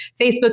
Facebook